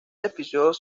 episodios